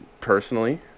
personally